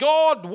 God